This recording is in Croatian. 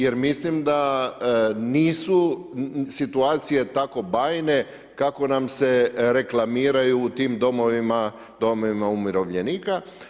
Jer mislim da nisu situacije tako bajne kako nam se reklamiraju u tim domovima, domovima umirovljenika.